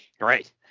Right